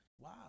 Wow